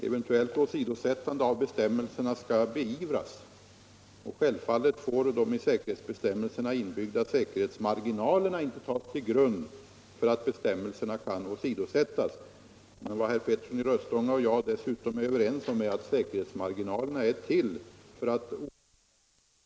Eventuellt åsidosättande av bestämmelserna skall beivras, och självfallet får de i bestämmelserna inbyggda säkerhetsmarginalerna inte tas till grund för att bestämmelserna kan åsidosättas. Vad herr Petersson i Röstånga. och jag dessutom är överens om är att säkerhetsmarginalerna är till för att oförutsebara händelser inte skall leda till någon olycka.